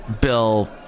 bill